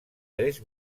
tres